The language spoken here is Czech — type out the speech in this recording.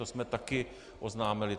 To jsme také oznámili.